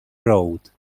road